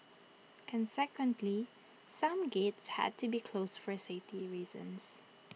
consequently some gates had to be closed for safety reasons